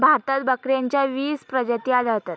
भारतात बकऱ्यांच्या वीस प्रजाती आढळतात